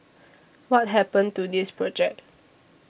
what happened to this project